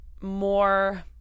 more